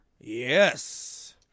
Yes